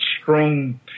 strong